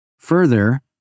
Further